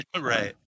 Right